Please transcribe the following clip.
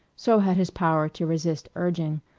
so had his power to resist urging.